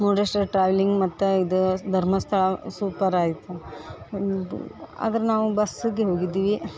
Murudeshwar travelling ಮತ್ತು ಇದು Dharmasthala super ಆಗಿತ್ತು ನಮ್ದು ಆದ್ರೆ ನಾವು ಬಸ್ಸಿಗೆ ಹೋಗಿದ್ವಿ